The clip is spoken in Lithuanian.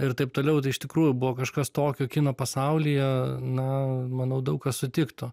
ir taip toliau tai iš tikrųjų buvo kažkas tokio kino pasaulyje na manau daug kas sutiktų